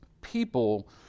People